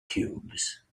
cubes